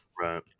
Right